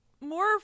more